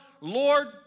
Lord